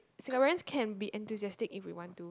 Singaporeans can be enthusiastic if we want to